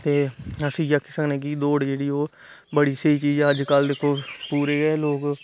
ते अस इयै आक्खी सकने कि दौड़ जेहडी ओह् बडी स्हेई चीज ऐ अजकल दिक्खो पूरे गै लोक